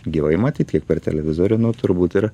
gyvai matyt kiek per televizorių nu turbūt ir